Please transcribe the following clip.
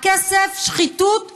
הכסף, שחיתות וטרור.